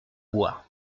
bois